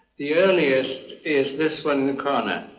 the earliest is this one in the corner.